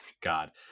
God